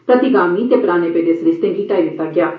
प्रतिगानी ते पराने पेदे सरिस्ते गी ढाई दित्ता गेआ ऐ